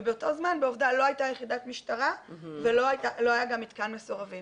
ובאותו זמן בעובדה לא הייתה יחידת משטרה ולא היה גם מתקן מסורבים.